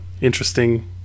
interesting